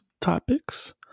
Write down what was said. topics